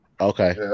Okay